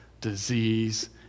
disease